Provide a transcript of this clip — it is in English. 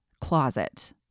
closet